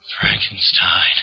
frankenstein